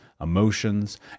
emotions